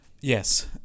Yes